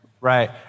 Right